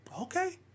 Okay